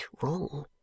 wrong